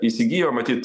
įsigijo matyt